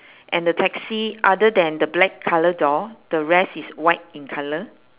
and the taxi other than the black colour door the rest is white in colour